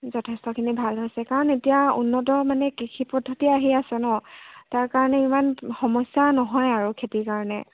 যথেষ্টখিনি ভাল হৈছে কাৰণ এতিয়া উন্নত মানে কৃষি পদ্ধতি আহি আছে ন তাৰ কাৰণে ইমান সমস্যা নহয় আৰু খেতিৰ কাৰণে